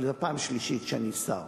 אבל זאת הפעם השלישית שאני שר.